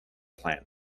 plant